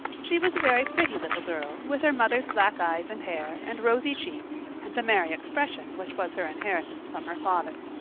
she was a very pretty little girl, with her mother's black eyes and hair, and rosy cheeks, and the merry expression which was her inheritance from her father.